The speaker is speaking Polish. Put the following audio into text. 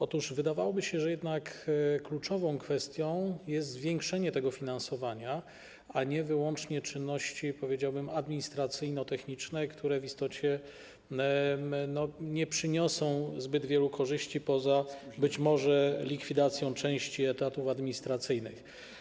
Otóż wydawałoby się, że kluczową kwestią jest zwiększenie tego finansowania, nie są zaś wyłącznie czynności, powiedziałbym, administracyjno-techniczne, które w istocie nie przyniosą zbyt wielu korzyści poza, być może, likwidacją części etatów administracyjnych.